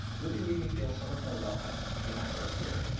really made me feel so much more welcome in my first year.